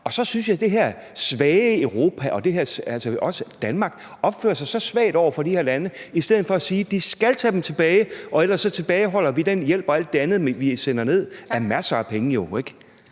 Så synes jeg, det her svage Europa, også Danmark, opfører sig så svagt over for de her lande. I stedet for burde man sige, at de skal tage deres egne borgere tilbage, for ellers tilbageholder vi den hjælp og alt det andet, vi sender ned. Det drejer